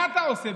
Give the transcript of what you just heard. מה אתה עושה?